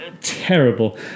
terrible